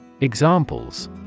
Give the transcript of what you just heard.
Examples